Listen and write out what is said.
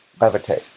levitate